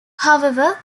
however